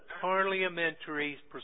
parliamentary